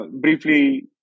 briefly